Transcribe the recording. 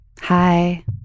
Hi